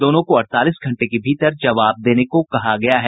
दोनों को अड़तालीस घंटे के भीतर जवाब देने को कहा गया है